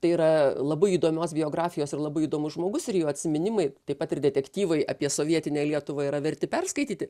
tai yra labai įdomios biografijos ir labai įdomus žmogus ir jo atsiminimai taip pat ir detektyvai apie sovietinę lietuvą yra verti perskaityti